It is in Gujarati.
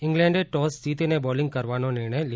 ઈંગ્લેંન્ડે ટોસ જીતીને બોલિંગ કરવાનો નિર્ણય લીધો છે